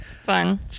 Fun